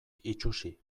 itsusi